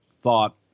thought